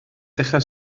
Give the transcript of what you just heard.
dechrau